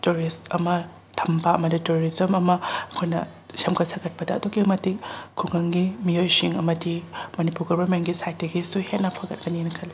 tourist ꯑꯃ ꯊꯝꯕ tourism ꯑꯃ ꯑꯩꯈꯣꯏꯅ ꯁꯦꯝꯒꯠ ꯁꯥꯒꯠꯄꯗ ꯑꯗꯨꯛꯀꯤ ꯃꯇꯤꯛ ꯈꯨꯡꯒꯪꯒꯤ ꯃꯤꯑꯣꯏꯁꯤꯡ ꯑꯃꯗꯤ ꯃꯅꯤꯄꯨꯔ ꯒꯣꯚꯔꯃꯦꯟꯒꯤ ꯁꯥꯏꯠꯇꯒꯤꯁꯨ ꯍꯦꯟꯅ ꯐꯒꯠꯀꯅꯤ ꯈꯜꯂꯤ